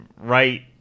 right